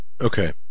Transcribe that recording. Okay